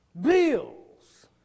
bills